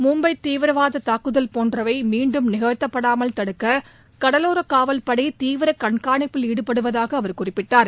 மும்பை தீவிரவாத தாக்குதல் போன்றவை மீண்டும் நிகழ்த்தப்படாமல் தடுக்க கடலோர காவல்படை தீவிர கண்காணிப்பில் ஈடுபடுவதாக அவர் குறிப்பிட்டார்